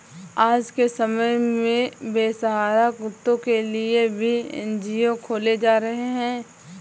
आज के समय में बेसहारा कुत्तों के लिए भी एन.जी.ओ खोले जा रहे हैं